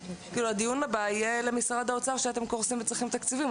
הדיון הבא יהיה למשרד האוצר שאתם קורסים וצריכים תקציבים.